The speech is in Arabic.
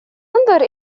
أنظر